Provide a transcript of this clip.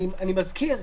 אני מזכיר,